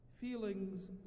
Feelings